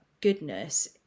goodness